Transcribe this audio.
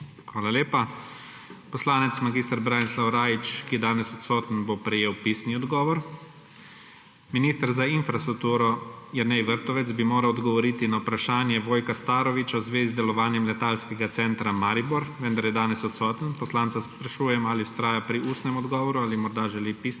Hvala lepa. Poslanec mag. Branislav Rajić, ki je danes odsoten, bo prejel pisni odgovor. Minister za infrastrukturo Jernej Vrtovec bi moral odgovoriti na vprašanje Vojka Starovića v zvezi z delovanjem letalskega centra Maribor, vendar je danes odsoten. Poslanca sprašujem, ali vztraja pri ustnem odgovoru ali morda želi pisni